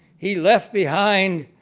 he left behind